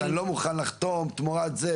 מה שאמר עידן שאני לא מוכן לחתום תמורת זה.